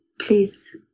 please